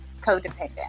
codependent